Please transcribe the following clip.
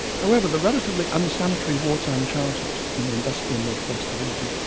however the relatively unsanitary wartime childhood in the industrial north west of england,